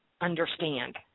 understand